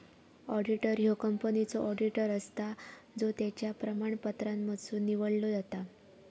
auditor ह्यो कंपनीचो auditor असता जो त्याच्या प्रमाणपत्रांमधसुन निवडलो जाता